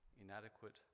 inadequate